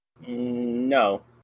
No